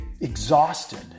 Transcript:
exhausted